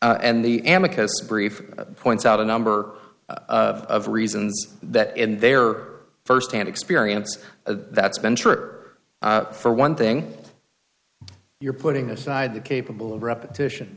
amakosa brief points out a number of reasons that in their first hand experience that's been true for one thing you're putting aside the capable of repetition